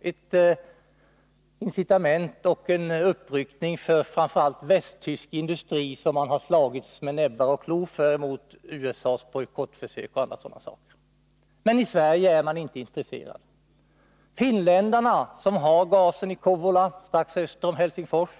Det är ett incitament och en uppryckning för framför allt västtysk industri som man med näbbar och klor har slagits för mot USA:s bojkottförsök m.m. Men i Sverige är man inte intresserad. Finländarna, som har naturgas från Sovjet i Kouvola strax öster om Helsingfors,